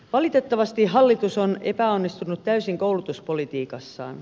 valitettavasti hallitus on epäonnistunut täysin koulutuspolitiikassaan